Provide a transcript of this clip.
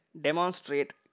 demonstrate